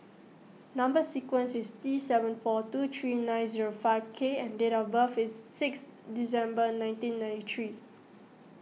Number Sequence is T seven four two three nine zero five K and date of birth is six December nineteen ninety three